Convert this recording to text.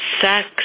sex